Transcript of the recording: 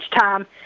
time